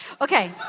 Okay